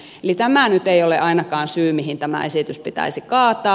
eli tämä nyt ei ole ainakaan syy mihin tämä esitys pitäisi kaataa